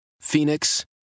Phoenix